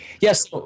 Yes